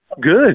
Good